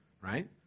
right